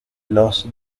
los